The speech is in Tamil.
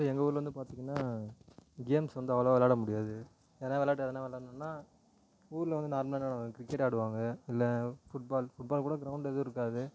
இப்போ எங்கள் ஊரில் வந்து பார்த்திங்கன்னா கேம்ஸ் வந்து அவ்வளவா விளாட முடியாது யாருனால் விளாட்டு எதுனா விளாடணுன்னா ஊரில் வந்து நார்மலாக என்ன விளாடுவாங்க கிரிக்கெட் ஆடுவாங்க இல்லை ஃபுட்பால் ஃபுட்பாலுக்கு கூட க்ரௌண்ட் எதுவும் இருக்காது